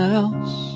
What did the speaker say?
else